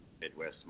Midwest